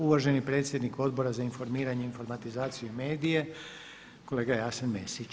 Uvaženi predsjednik Odbora za informiranje, informatizaciju i medije kolega Jasen Mesić.